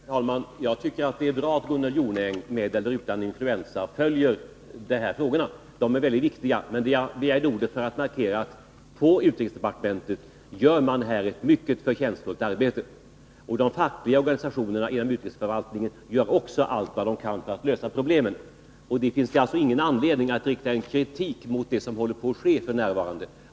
Herr talman! Jag tycker att det är bra att Gunnel Jonäng — med eller utan influensa — följer dessa frågor. De är mycket viktiga. Jag begärde ordet närmast för att markera att man på utrikesdepartementet gör ett mycket förtjänstfullt arbete i detta sammanhang. Också de fackliga organisationerna inom utrikesförvaltningen gör allt vad de kan för att lösa problemen. Det finns alltså ingen anledning att rikta en kritik mot det arbete som är på gång.